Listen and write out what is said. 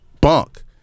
bunk